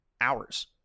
hours